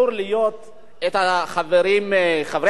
חברי הקואליציה במיוחד,